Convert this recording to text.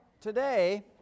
today